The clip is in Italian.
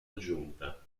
giunta